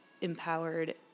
empowered